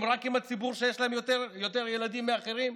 רק עם הציבור שיש להם יותר ילדים מאחרים?